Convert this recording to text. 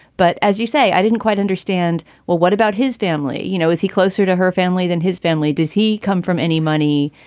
but as you say, i didn't quite understand. well, what about his family? you know, is he closer to her family than his family? does he come from any money?